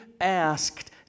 asked